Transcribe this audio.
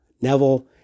Neville